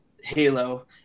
Halo